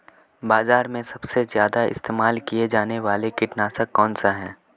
बाज़ार में सबसे ज़्यादा इस्तेमाल किया जाने वाला कीटनाशक कौनसा है?